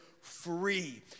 free